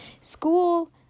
school